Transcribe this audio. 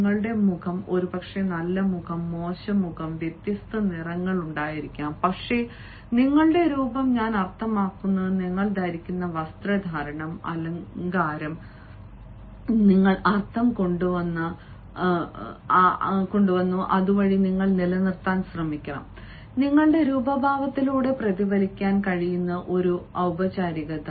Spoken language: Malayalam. നിങ്ങളുടെ മുഖം ഒരുപക്ഷേ നല്ല മുഖം മോശം മുഖം വ്യത്യസ്ത നിറങ്ങൾ ഉണ്ടായിരിക്കാം പക്ഷേ നിങ്ങളുടെ രൂപം ഞാൻ അർത്ഥമാക്കുന്നത് നിങ്ങൾ ധരിക്കുന്ന വസ്ത്രധാരണം അലങ്കാരം റഫർ സമയം 2856 നിങ്ങൾ അർത്ഥം കൊണ്ടുവന്ന അതുവഴി നിങ്ങൾ നിലനിർത്താൻ ശ്രമിക്കണം നിങ്ങളുടെ രൂപഭാവത്തിലൂടെ പ്രതിഫലിപ്പിക്കാൻ കഴിയുന്ന ഒരു പചാരികത